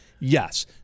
Yes